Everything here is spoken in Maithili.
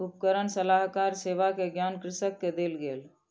उपकरण सलाहकार सेवा के ज्ञान कृषक के देल गेल